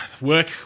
Work